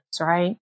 right